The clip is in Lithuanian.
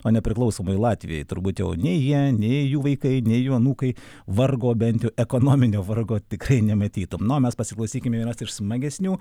o nepriklausomoj latvijoj turbūt jau nei jie nei jų vaikai nei jų anūkai vargo bent jau ekonominio vargo tikrai nematytų na o mes pasiklausykim vienas iš smagesnių